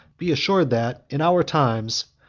be assured, that, in our times,